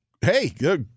hey